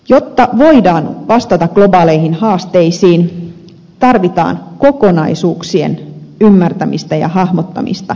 jotta voidaan vastata globaaleihin haasteisiin tarvitaan kokonaisuuksien ymmärtämistä ja hahmottamista